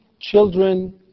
Children